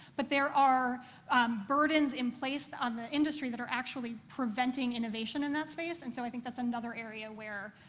but there are burdens in place on the industry that are actually preventing innovation in that space, and so i think that's another area where,